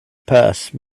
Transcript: purse